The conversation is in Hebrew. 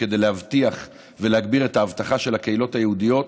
להבטיח ולהגביר את האבטחה של הקהילות היהודיות,